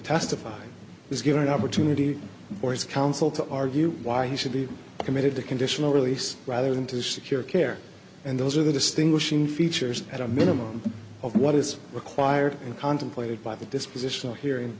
testify is given an opportunity for his counsel to argue why he should be committed to conditional release rather than to secure care and those are the distinguishing features at a minimum of what is required and contemplated by the dispositional hearing